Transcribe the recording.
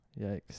Yikes